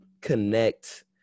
connect